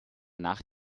nach